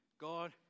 God